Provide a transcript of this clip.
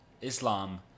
Islam